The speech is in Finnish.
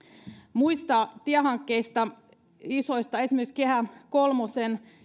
muista isoista tiehankkeista esimerkiksi kehä kolmosella